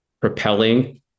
propelling